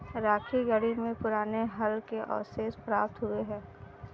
राखीगढ़ी में पुराने हल के अवशेष प्राप्त हुए हैं